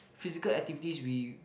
physical activities we